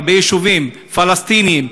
הרבה יישובים פלסטיניים,